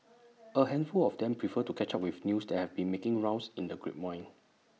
A handful of them prefer to catch up with news that have been making rounds in the grapevine